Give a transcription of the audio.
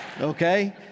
Okay